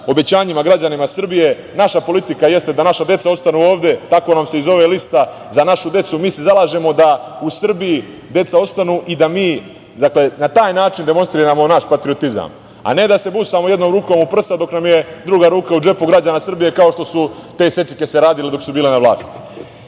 obećanjima građanima Srbije. Naša politika jeste da naša deca ostanu ovde, tako nam se i zove lista „Za našu decu“. Mi se zalažemo da u Srbiji deca ostanu i da mi, dakle, na taj način demonstriramo naš patriotizam, a ne da se busamo jednom rukom u prsa, dok nam je druga ruka u džepu građana Srbije, kao što su te secikese radile dok su bile na vlasti. Prema